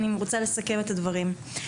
אני רוצה לסכם את הדברים.